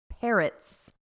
parrots